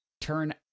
turn